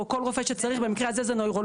או כל רופא שצריך במקרה הזה זה נוירולוג